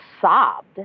sobbed